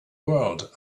world